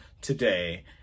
today